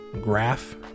graph